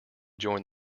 join